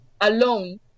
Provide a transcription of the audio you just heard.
alone